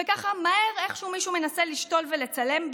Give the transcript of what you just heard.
וככה מהר איכשהו מישהו מנסה לשאול ולצלם,